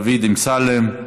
דוד אמסלם,